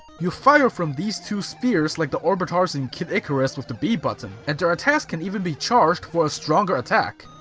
you fire from these two spheres like the orbitars in kid icarus with the b button, and their attacks can even be charged for a stronger attack.